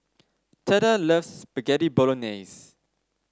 Theda loves Spaghetti Bolognese